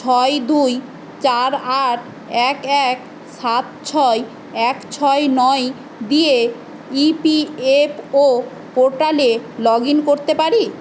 ছয় দুই চার আট এক এক সাত ছয় এক ছয় নয় দিয়ে ইপিএফও পোর্টালে লগ ইন করতে পারি